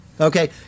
Okay